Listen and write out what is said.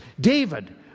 David